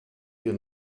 wir